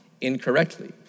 incorrectly